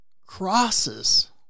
crosses